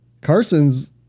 Carson's